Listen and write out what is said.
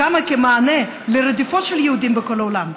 שקמה כמענה לרדיפות של יהודים בכל העולם,